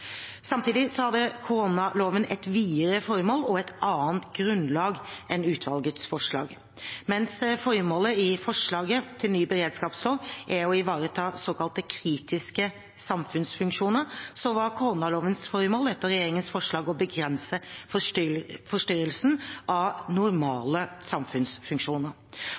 Samtidig hadde koronaloven et videre formål og et annet grunnlag enn utvalgets forslag. Mens formålet i forslaget til ny beredskapslov er å ivareta såkalt kritiske samfunnsfunksjoner, var koronalovens formål etter regjeringens forslag å begrense forstyrrelsen av «normale» samfunnsfunksjoner.